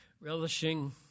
relishing